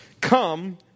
Come